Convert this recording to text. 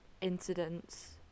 incidents